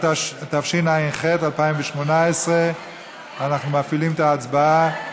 התשע"ח 2018. אנחנו מפעילים את ההצבעה.